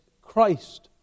Christ